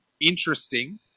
interesting